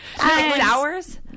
hours